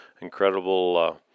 incredible